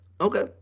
Okay